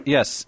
Yes